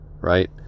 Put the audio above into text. Right